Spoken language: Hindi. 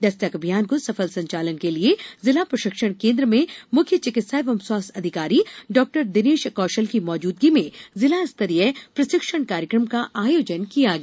दस्तक अभियान को सफल संचालन के लिए जिला प्रशिक्षण केंद्र में मुख्य चिकित्सा एवं स्वास्थ्य अधिकारी डॉ दिनेश कौशल की मौजूदगी में जिला स्तरीय प्रशिक्षण कार्यक्रम का आयोजन किया गया